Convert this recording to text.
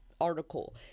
article